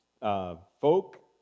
folk